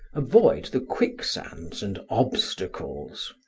avoid the quicksands and obstacles,